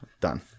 done